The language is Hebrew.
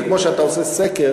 זה כמו שאתה עושה סקר